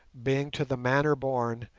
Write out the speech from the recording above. being to the manner born,